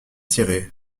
tiré